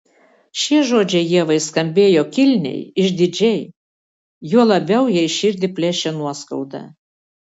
šie žodžiai ievai skambėjo kilniai išdidžiai juo labiau jai širdį plėšė nuoskauda